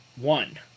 one